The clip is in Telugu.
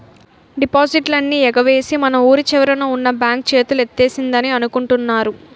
డిపాజిట్లన్నీ ఎగవేసి మన వూరి చివరన ఉన్న బాంక్ చేతులెత్తేసిందని అనుకుంటున్నారు